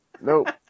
Nope